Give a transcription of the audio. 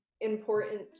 important